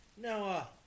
Now